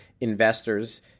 investors